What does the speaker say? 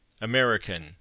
American